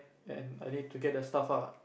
and I need to get the stuff ah